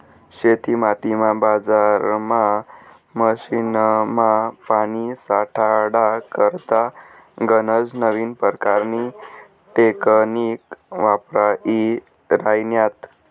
शेतीमातीमा, बजारमा, मशीनमा, पानी साठाडा करता गनज नवीन परकारनी टेकनीक वापरायी राह्यन्यात